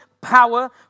power